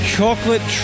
Chocolate